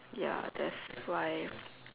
ya that's why